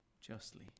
justly